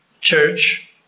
church